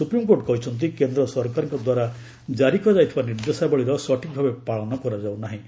supreme court କହିଛନ୍ତି କେନ୍ଦ୍ର ସରକାରଙ୍କ ଦ୍ୱାରା ଜାରି କରାଯାଇଥିବା ନିର୍ଦ୍ଦେଶାବଳୀର ସଠିକ୍ ଭାବେ ପାଳନ କରାଯାଉ ନାହିଁ